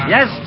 Yes